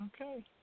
Okay